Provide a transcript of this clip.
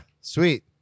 sweet